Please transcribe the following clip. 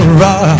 rock